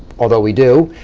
although we do,